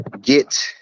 get